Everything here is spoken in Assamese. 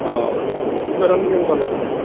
অঁ গোটা ধান কিমান পালে পিছে